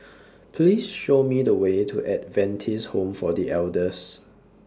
Please Show Me The Way to Adventist Home For The Elders